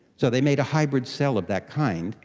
so they made a hybrid cell of that kind.